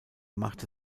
machte